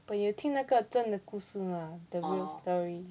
but 你有听那个真的故事吗 the real story